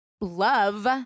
Love